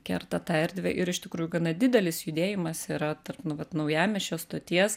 kerta tą erdvę ir iš tikrųjų gana didelis judėjimas yra tarp nu vat naujamiesčio stoties